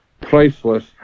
priceless